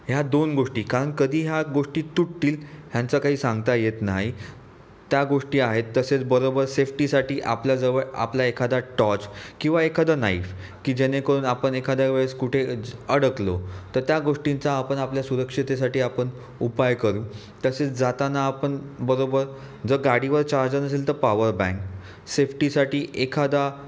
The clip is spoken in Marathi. ह्या दोन गोष्टी कारण कधी ह्या गोष्टी तुटतील ह्यांचं काही सांगता येत नाही त्या गोष्टी आहेत तसेच बरोबर सेफ्टीसाठी आपल्याजवळ आपला एखादा टॉर्च किंवा एखादं नाइफ की जेणेकरून आपण एखाद्या वेळेस कुठे अडकलो तर त्या गोष्टींचा आपण आपल्या सुरक्षिततेसाठी आपण उपाय करू तसेच जाताना आपण बरोबर जर गाडीवर चार्जर नसेल तर पॉवर बँक सेफ्टीसाठी एखादा